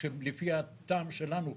שלפי הטעם שלנו,